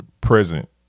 present